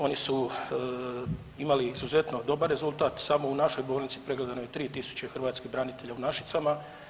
Oni su imali izuzetno dobar rezultat, samo u našoj bolnici pregledano je 3000 hrvatskih branitelja u Našicama.